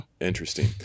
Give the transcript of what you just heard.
Interesting